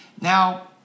Now